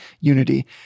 unity